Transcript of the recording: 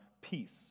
peace